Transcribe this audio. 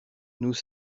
nous